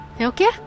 Okay